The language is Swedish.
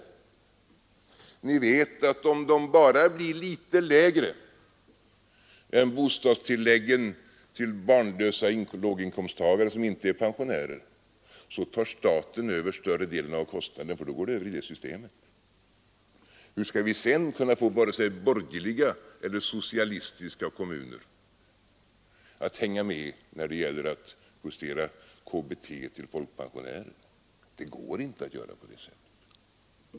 Ni vet att om de tilläggen blir litet lägre än bostadstilläggen till barnlösa låginkomsttagare som inte är pensionärer, tar staten över större delen av kostnaden därför att man då går över till det systemet. Och hur skall vi sedan kunna få vare sig borgerliga eller socialistiska kommuner att hänga med när det gäller att justera KBT till folkpensionärer? Det går inte att göra på det sättet.